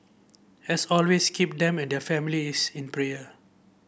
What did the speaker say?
as always keep them and their families in prayer